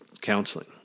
counseling